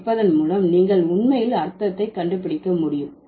கேட்பதன் மூலம் நீங்கள் உண்மையில் அர்த்தத்தை கண்டுபிடிக்க முடியும்